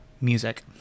music